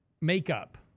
makeup